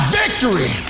victory